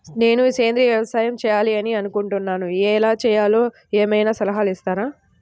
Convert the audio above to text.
నేను సేంద్రియ వ్యవసాయం చేయాలి అని అనుకుంటున్నాను, ఎలా చేయాలో ఏమయినా సలహాలు ఇస్తారా?